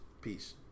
Peace